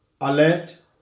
alert